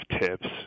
tips